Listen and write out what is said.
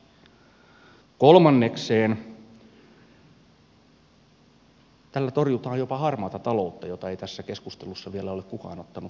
kolmannekseen tällä torjutaan jopa harmaata taloutta mitä ei tässä keskustelussa vielä ole kukaan ottanut esille